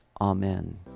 Amen